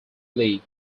league